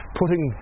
putting